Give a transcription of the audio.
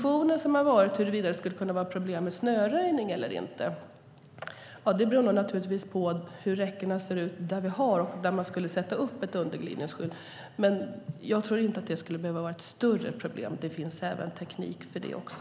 Om det skulle kunna vara problem för snöröjning eller inte beror naturligtvis på hur räckena ser ut och var man skulle sätta upp ett underglidningsskydd. Jag tror dock inte att detta skulle behöva vara ett större problem. Det finns teknik för det också.